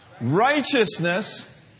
Righteousness